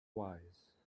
wise